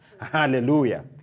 Hallelujah